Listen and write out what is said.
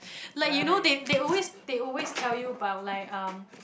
like you know they they always they always tell you about like um